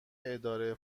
اداره